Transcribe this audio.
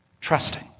trusting